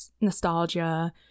nostalgia